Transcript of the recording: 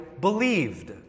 believed